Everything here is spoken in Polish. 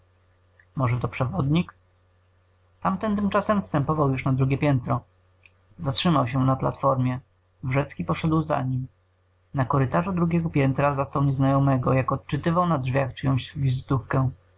może to przewodnik tamten tymczasem wstępował już na drugie piętro zatrzymał się na platformie wrzecki poszedł za nim na korytarzu drugiego piętra zastał nieznajomego jak odczytywał na drzwiach czyjąś wizytówkę